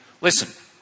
listen